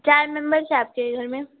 چار ممبرس ہے آپ کے گھر میں